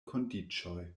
kondiĉoj